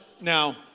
now